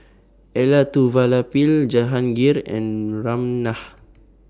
Elattuvalapil Jahangir and Ramnath